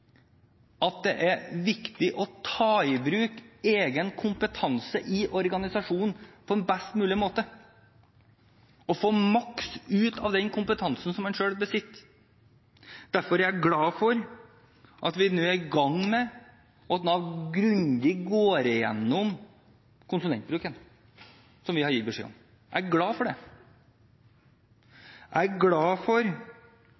at det er viktig å ta i bruk egen kompetanse i organisasjonen på en best mulig måte og få maks ut av den kompetansen man selv besitter. Derfor er jeg glad for at Nav nå er i gang med å gå grundig igjennom konsulentbruken, slik vi har gitt beskjed om. Jeg er glad for det. Jeg er glad for